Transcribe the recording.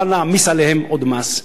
למה להעמיס עליהם עוד מס?